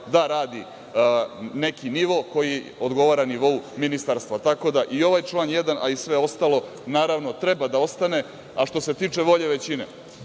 da radi neki nivo koji odgovara nivou ministarstva. Tako da, i ovaj član 1, a i sve ostalo, naravno, treba da ostane, a što se tiče volje većine